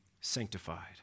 sanctified